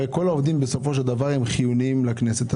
הרי כל העובדים הם חיוניים לכנסת.